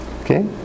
Okay